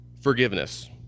Forgiveness